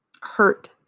hurt